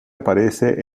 aparece